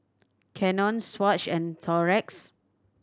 Canon Swatch and Xorex